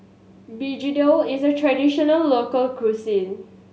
begedil is a traditional local cuisine